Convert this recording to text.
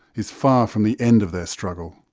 is far from the end of their struggle.